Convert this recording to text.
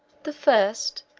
the first,